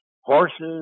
horses